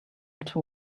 too